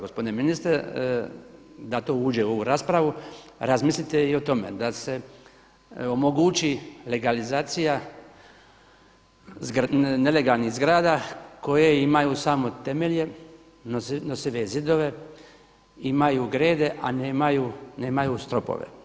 Gospodine ministre, da to uđe u ovu raspravu razmislite i o tome da se omogući legalizacija nelegalnih zgrada koje imaju samo temelje, nosive zidove, imaju grede, a nemaju stropove.